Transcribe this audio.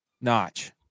notch